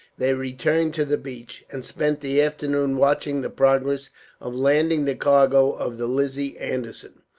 they returned to the beach, and spent the afternoon watching the progress of landing the cargo of the lizzie anderson.